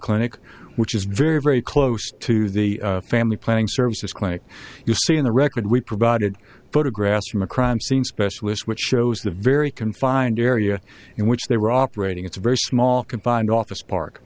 clinic which is very very close to the family planning services clinic you see in the record we provided photographs from a crime scene specialist which shows the very confined area in which they were operating it's a very small confined office park